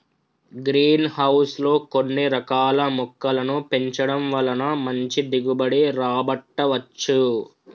green house లో కొన్ని రకాల మొక్కలను పెంచడం వలన మంచి దిగుబడి రాబట్టవచ్చు